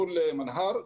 מול מנה"ר,